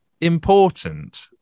important